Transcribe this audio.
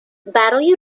برای